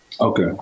Okay